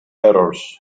errors